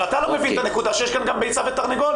אבל אתה לא מבין את הנקודה שיש כאן ביצה ותרנגולת.